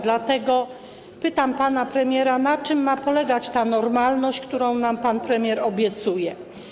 Dlatego pytam pana premiera, na czym ma polegać ta normalność, którą nam pan premier obiecuje.